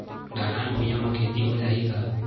ढलान भुइयां म खेती हो जाही का?